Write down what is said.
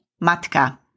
matka